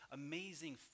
amazing